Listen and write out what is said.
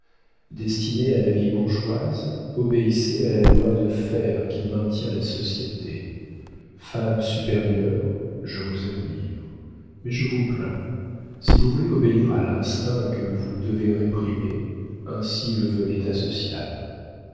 destinée à la vie bourgeoise obéissez à la loi de fer qui maintient la société femme supérieure je vous admire mais je vous plains si vous voulez obéir à l'instinct que vous devez réprimer ainsi le veut